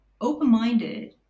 open-minded